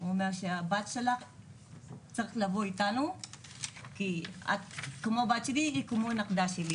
הוא אמר שהילדה צריכה לבוא כי אם היא כמו הבת שלי אז היא כמו הנכדה שלו.